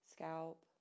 Scalp